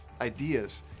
ideas